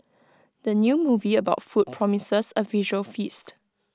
the new movie about food promises A visual feast